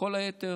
כל היתר,